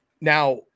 now